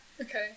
Okay